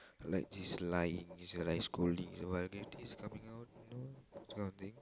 like just lying just like scolding vulgarities coming out you know this kind of thing